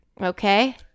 Okay